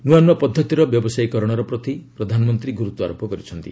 ନୂଆନୂଆ ପଦ୍ଧତିର ବ୍ୟବସାୟୀକକରଣର ପ୍ରତି ପ୍ରଧାନମନ୍ତ୍ରୀ ଗୁରୁତ୍ୱାରୋପ କରିଛନ୍ତି